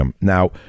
Now